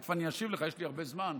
תכף אני אשיב לך, יש לי הרבה זמן,